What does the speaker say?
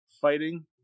fighting